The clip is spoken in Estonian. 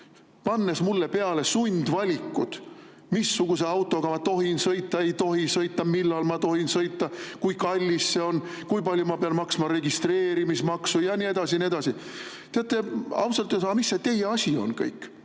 pannes mulle peale sundvalikud, missuguse autoga ma tohin sõita, ei tohi sõita, millal ma tohin sõita, kui kallis see [auto] on, kui palju ma pean maksma registreerimistasu ja nii edasi ja nii edasi. Teate, ausalt, mis see kõik teie asi on?